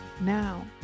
Now